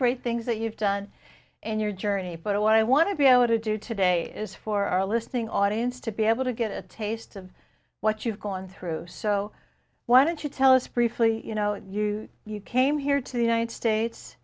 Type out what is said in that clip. great things that you've done in your journey but what i want to be able to do today is for our listening audience to be able to get a taste of what you've gone through so why don't you tell us briefly you know you you came here to the united states